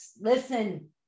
listen